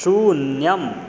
शून्यम्